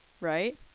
right